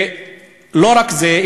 ולא רק זה,